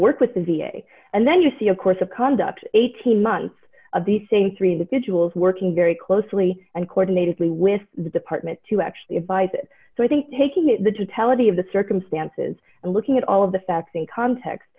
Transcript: work with the v a and then you see of course of conduct eighteen months of the same three individuals working very closely and coordinated me with the department to actually advise it so i think taking it to tell of the of the circumstances and looking at all of the facts in context